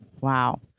Wow